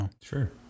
Sure